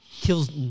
Kills